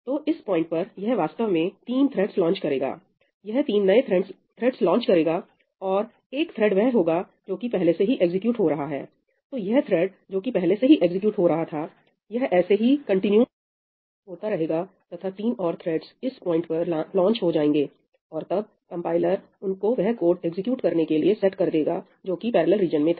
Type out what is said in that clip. तो इस पॉइंट पर यह वास्तव में तीन थ्रेडस लांच करेगा यह तीन नए थ्रेडस लांच करेगा और एक थ्रेड वह होगा जो कि पहले से ही एग्जीक्यूट हो रहा है तो यह थ्रेड जो कि पहले से ही एग्जीक्यूट हो रहा था यह ऐसे ही कंटिन्यू होता रहेगा तथा तीन और थ्रेडस इस पॉइंट पर लॉन्च हो जाएंगे और तब कंपाइलर उनको वह कोड एग्जीक्यूट करने के लिए सेट कर देगा जो कि पैरेलल रीजन में था